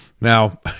Now